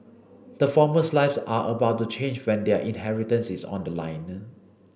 the former's lives are about to change when their inheritance is on the line